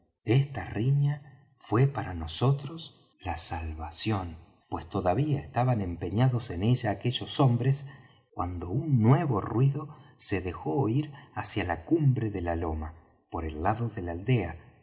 esta riña fué para nosotros la salvación pues todavía estaban empeñados en ella aquellos hombres cuando un nuevo ruido se dejó oir hacia la cumbre de la loma por el lado de la aldea